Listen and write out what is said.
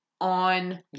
on